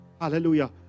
hallelujah